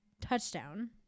touchdown –